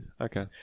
Okay